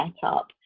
setup